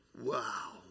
Wow